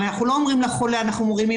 הרי אנחנו לא אומרים לחולה - אנחנו מורידים